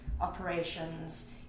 operations